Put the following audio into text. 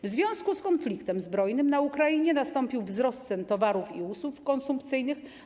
W związku z konfliktem zbrojnym na Ukrainie nastąpił wzrost cen towarów i usług konsumpcyjnych.